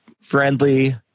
friendly